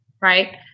right